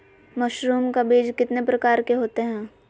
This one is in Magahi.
मशरूम का बीज कितने प्रकार के होते है?